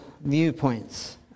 viewpoints